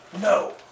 No